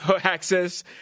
access